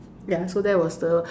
ya so that was the